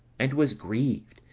and was grieved,